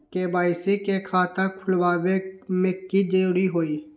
KYC के खाता खुलवा में की जरूरी होई?